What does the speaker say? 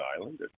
Island